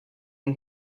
and